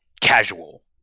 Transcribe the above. casual